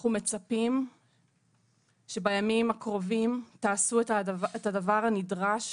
אנחנו מצפים שבימים הקרובים תעשו את הדבר הנדרש,